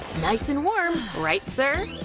nice and warm, right sir?